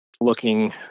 looking